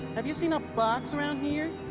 have you seen a box around here?